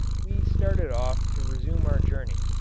we started off to resume our journey.